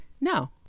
no